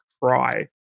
cry